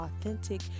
authentic